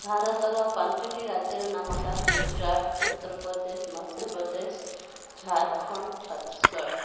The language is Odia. ଭାରତର ପାଞ୍ଚଟି ରାଜ୍ୟର ନାମ ହେଲା ଗୁଜୁରାଟ ଉତ୍ତର ପ୍ରଦେଶ ମଧ୍ୟ ପ୍ରଦେଶ ଝାରଖଣ୍ଡ ଛତିଶଗଡ଼